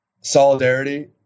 solidarity